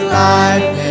life